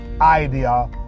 idea